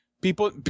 people –